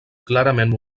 clarament